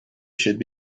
should